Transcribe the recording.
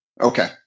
Okay